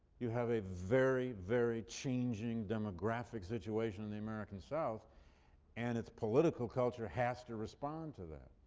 you have a very, very changing demographic situation in the american south and its political culture has to respond to that.